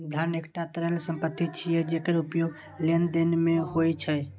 धन एकटा तरल संपत्ति छियै, जेकर उपयोग लेनदेन मे होइ छै